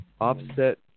offset